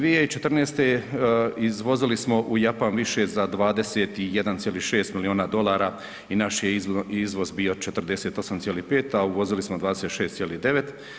2014. izvozili smo u Japan više za 21,6 milijuna dolara i naš je izvoz bio 48,5, a uvozili smo 26,9.